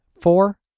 four